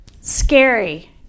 Scary